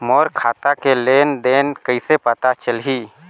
मोर खाता के लेन देन कइसे पता चलही?